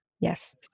Yes